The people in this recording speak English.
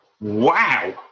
wow